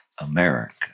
America